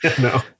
no